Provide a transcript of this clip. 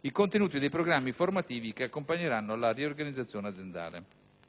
i contenuti dei programmi formativi che accompagneranno la riorganizzazione aziendale.